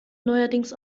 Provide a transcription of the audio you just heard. neuerdings